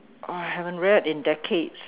I haven't read in decades